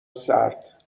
سرد